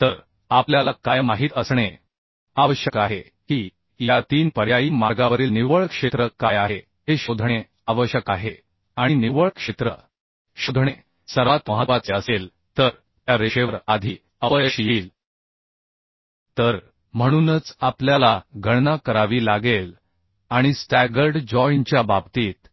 तर आपल्याला काय माहित असणे आवश्यक आहे की या 3 पर्यायी मार्गावरील निव्वळ क्षेत्र काय आहे हे शोधणे आवश्यक आहे आणि निव्वळ क्षेत्र शोधणे सर्वात महत्वाचे असेल तर त्या रेषेवर आधी अपयश येईल तर म्हणूनच आपल्याला गणना करावी लागेल आणि स्टॅगर्ड जॉइनच्या बाबतीत